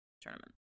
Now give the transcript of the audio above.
tournament